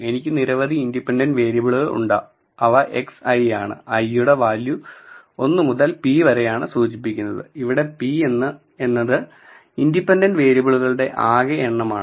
എനിക്ക് നിരവധി ഇൻഡിപെൻഡന്റ് വേരിയബിളുകൾ ഉണ്ട് അവ xi ആണ് i യുടെ വാല്യൂ 1 മുതൽ p വരെയാണ് സൂചിപ്പിക്കുന്നത് ഇവിടെ p എന്നത് ഇൻഡിപെൻഡന്റ് വേരിയബിളുകളുടെ ആകെ എണ്ണമാണ്